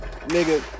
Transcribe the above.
Nigga